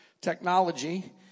technology